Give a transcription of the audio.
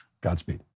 Godspeed